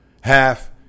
half